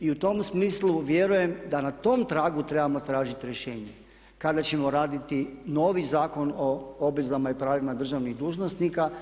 I u tom smislu vjerujem da na tom tragu trebamo tražiti rješenje kada ćemo raditi novi Zakon o obvezama i pravima državnih dužnosnika.